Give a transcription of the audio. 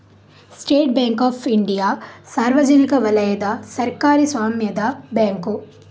state Bank of India ಸಾರ್ವಜನಿಕ ವಲಯದ ಸರ್ಕಾರಿ ಸ್ವಾಮ್ಯದ ಬ್ಯಾಂಕು